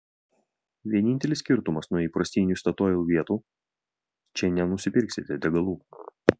vienintelis skirtumas nuo įprastinių statoil vietų čia nenusipirksite degalų